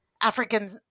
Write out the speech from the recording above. african